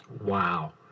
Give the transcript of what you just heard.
Wow